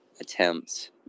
attempts